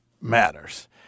matters